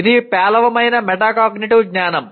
అది పేలవమైన మెటాకాగ్నిటివ్ జ్ఞానం